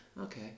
okay